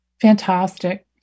fantastic